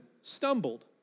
stumbled